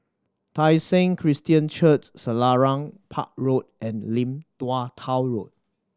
Tai Seng Christian Church Selarang Park Road and Lim Tua Tow Road